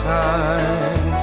time